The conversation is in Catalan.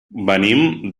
venim